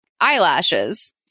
eyelashes